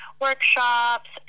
workshops